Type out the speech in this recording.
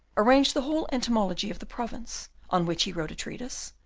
arranged the whole entomology of the province, on which he wrote a treatise,